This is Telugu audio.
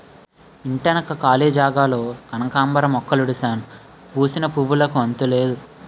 ఇంటెనక కాళీ జాగాలోన కనకాంబరాలు మొక్కలుడిసినాను పూసిన పువ్వులుకి అంతులేదు